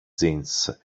jeans